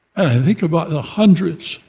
i think about the hundreds